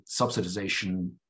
subsidization